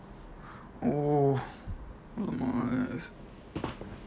oh !alamak!